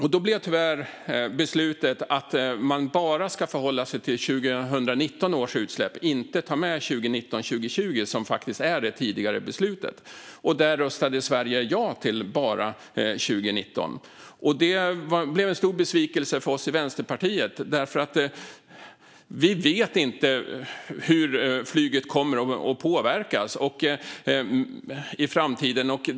Beslutet blev tyvärr att man bara ska förhålla sig till 2019 års utsläpp och inte ta med 2019-2020, som det tidigare beslutet innebar. Sverige röstade ja till bara 2019. Det blev en stor besvikelse för oss i Vänsterpartiet, för vi vet ju inte hur flyget kommer att påverkas i framtiden.